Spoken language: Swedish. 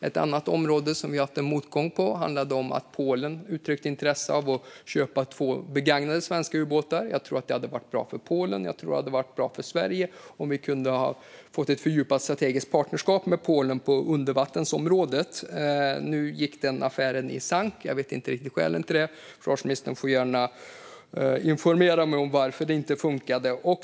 En annan motgång vi haft handlade om att Polen uttryckt intresse av att köpa två begagnade svenska ubåtar. Jag tror att det hade varit bra för Polen. Jag tror att det hade varit bra för Sverige om vi hade kunnat få ett fördjupat strategiskt partnerskap med Polen på undervattensområdet. Nu gick den affären i sank - jag vet inte riktigt skälen till det. Försvarsministern får gärna informera mig om varför det inte funkade.